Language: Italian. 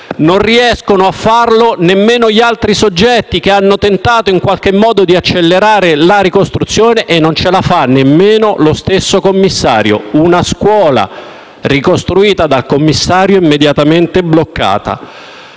non riescono a farlo nemmeno gli altri soggetti, che hanno tentato in qualche modo di accelerare la ricostruzione, e non ce la fa nemmeno lo stesso commissario: una scuola ricostruita dal commissario è stata immediatamente bloccata.